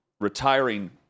retiring